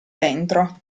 dentro